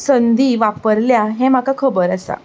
संदी वापरल्या हें म्हाका खबर आसा